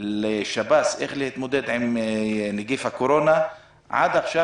לשב"ס איך להתמודד עם נגיף הקורונה הן עד עכשיו